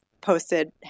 posted